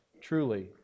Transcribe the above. truly